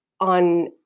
on